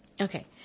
okay